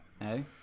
No